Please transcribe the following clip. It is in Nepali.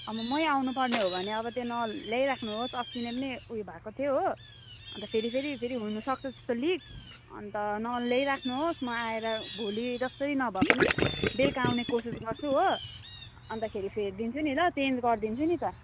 अब मै आउनु पर्ने हो भने अब त्यो नल ल्याइराख्नुहोस् अस्ति नै पनि उयो भएको थियो हो अन्त फेरिफेरि फेरि हुनुसक्छ त्यस्तो लिक अन्त नल ल्याइराख्नुहोस् म आएर भोलि जस्तै नभए पनि बेलुका आउने कोसिस गर्छु हो अन्तखेरि फेरिदिन्छु नि त ल चेन्ज गरिदिन्छु नि त